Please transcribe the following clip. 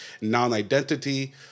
non-identity